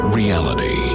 reality